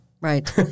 Right